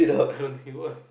I don't think it was